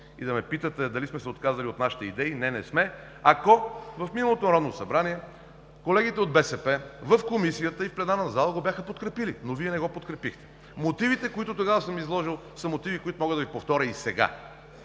и да ме питате дали сме се отказали от нашите идеи – не, не сме, ако в миналото Народно събрание колегите от БСП в Комисията и в пленарната зала го бяха подкрепили. Но Вие не го подкрепихте. Мотивите, които тогава съм изложил, са мотиви, които мога да Ви повторя и сега.